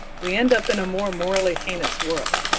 we end up in a more morally heinous world.